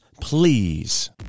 please